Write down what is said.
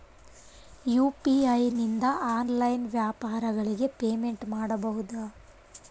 UPI ನಿಂದ online ವ್ಯಾಪಾರಗಳಿಗೆ payment ಮಾಡಬಹುದಾ?